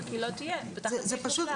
רק היא לא תהיה תחת סעיף מופלל.